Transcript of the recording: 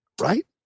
right